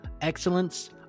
excellence